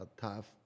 tough